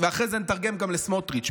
ואחרי זה נתרגם גם לסמוטריץ'.